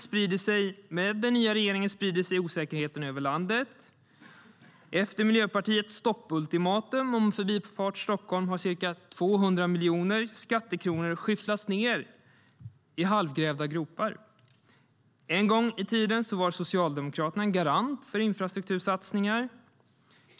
Men med den nya regeringen sprider sig osäkerheten över landet. Efter Miljöpartiets stoppultimatum om Förbifart Stockholm har ca 200 miljoner skattekronor skyfflats ned i halvgrävda gropar. En gång i tiden var Socialdemokraterna en garant för infrastruktursatsningar.